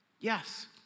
Yes